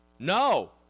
No